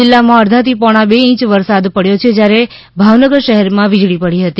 જિલ્લામાં અડધાથી પોણા બે ઈંચ વરસાદ પડયો છે જ્યારે ભાવનગર શહેરમાં વીજળી પડી હતી